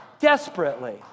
Desperately